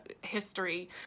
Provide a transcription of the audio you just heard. history